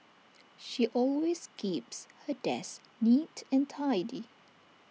she always keeps her desk neat and tidy